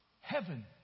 heaven